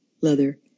leather